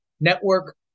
Network